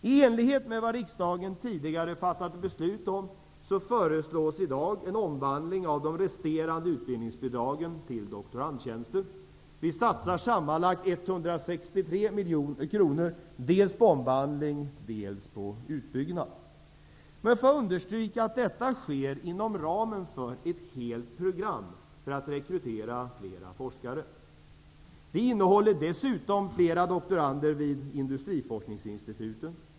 I enlighet med vad riksdagen tidigare fattat beslut om, föreslås i dag en omvandling av de resterande utbildningsbidragen till doktorandtjänster. Vi satsar sammanlagt 163 miljoner kronor dels på omvandling, dels på utbyggnad. Låt mig understryka att det sker inom ramen för ett helt program för att rekrytera flera forskare. Det innehåller dessutom flera doktorander vid industriforskningsinstituten.